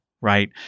right